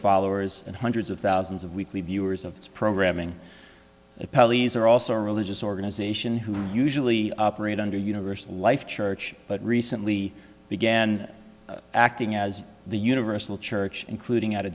followers and hundreds of thousands of weekly viewers of this programming pelleas are also a religious organization who usually operate under universal life church but recently began acting as the universal church including at a